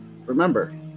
remember